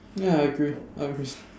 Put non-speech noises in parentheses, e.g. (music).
ya I agree I agree (noise)